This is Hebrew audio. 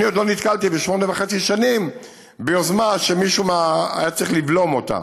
אני עוד לא נתקלתי בשמונה וחצי שנים ביוזמה שמישהו היה צריך לבלום אותה.